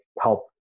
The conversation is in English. help